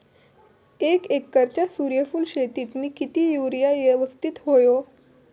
एक एकरच्या सूर्यफुल शेतीत मी किती युरिया यवस्तित व्हयो?